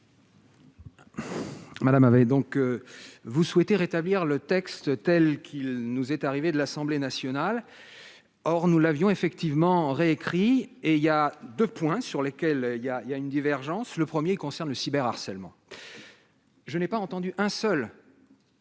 Madame avait donc vous souhaitez rétablir le texte telle qu'il nous est arrivé de l'Assemblée nationale, or nous l'avions effectivement réécrit et il y a 2 points sur lesquels il y a, il y a une divergence, le 1er concerne le cyber harcèlement je n'ai pas entendu un seul.